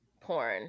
porn